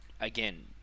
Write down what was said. again